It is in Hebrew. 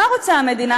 מה רוצה המדינה?